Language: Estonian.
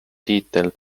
tiitel